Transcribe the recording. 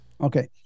Okay